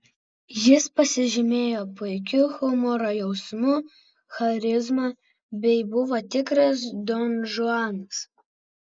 jis pasižymėjo puikiu humoro jausmu charizma bei buvo tikras donžuanas